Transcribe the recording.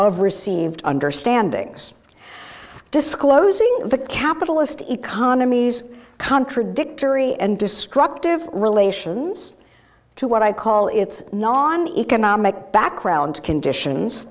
received understanding disclosing the capitalist economies contradictory and destructive relations to what i call its non economic background conditions